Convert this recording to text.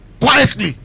quietly